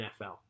NFL